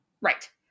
Right